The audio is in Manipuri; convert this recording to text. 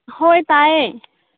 ꯍꯣꯏ ꯇꯥꯏꯑꯦ